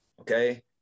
okay